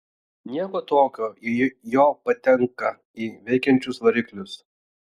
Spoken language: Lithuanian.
nieko tokio jei jo patenka į veikiančius variklius